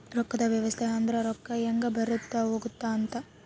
ರೊಕ್ಕದ್ ವ್ಯವಸ್ತೆ ಅಂದ್ರ ರೊಕ್ಕ ಹೆಂಗ ಬರುತ್ತ ಹೋಗುತ್ತ ಅಂತ